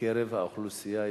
בקרב האוכלוסייה הישראלית,